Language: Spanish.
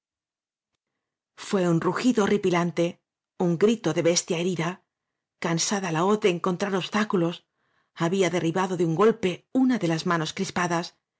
fué un rugido horripilante un grito ele bestia herida cansada la hoz de encontrar obstáculos había derribado ele un golpe una de las manos crispadas